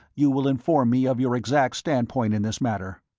you will inform me of your exact standpoint in this matter.